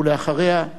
ואחריה,